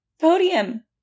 podium